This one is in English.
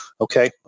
Okay